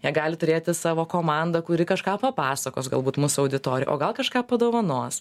jie gali turėti savo komandą kuri kažką papasakos galbūt mūsų auditorijai o gal kažką padovanos